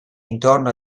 intorno